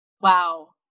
wow